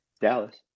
Dallas